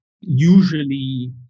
usually